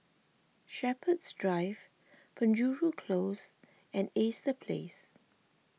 Shepherds Drive Penjuru Close and Ace the Place